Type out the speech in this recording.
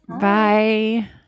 Bye